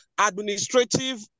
administrative